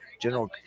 General